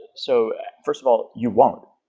so firsts of all, you won't.